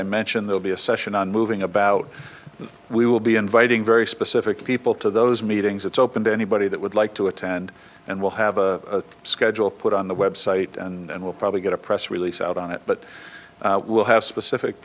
i mentioned they'll be a session on moving about we will be inviting very specific people to those meetings it's open to anybody that would like to attend and we'll have a schedule put on the website and we'll probably get a press release out on it but we'll have specific